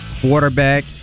quarterback